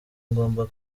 ngomba